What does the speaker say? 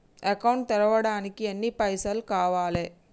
Account తెరవడానికి ఎన్ని పైసల్ కావాలే?